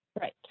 right